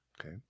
okay